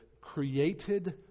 created